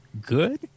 good